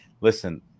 Listen